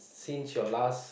since your last